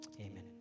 Amen